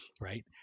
Right